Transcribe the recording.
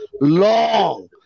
long